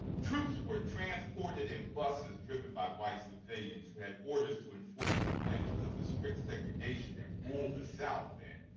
troops were transported in buses driven by white civilians who had orders to enforce the conventions of the strict segregation that ruled the south then.